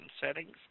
settings